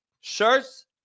shirts